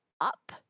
up